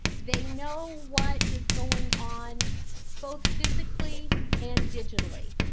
they know what is going on both physically and digitally.